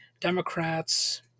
Democrats